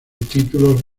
títulos